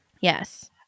Yes